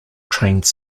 trains